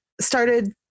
started